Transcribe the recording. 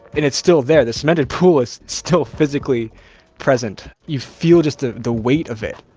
and it's still there. the cemented pool is still physically present. you feel just the the weight of it.